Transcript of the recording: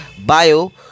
bio